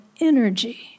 energy